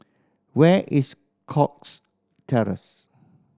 where is Cox Terrace